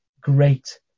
great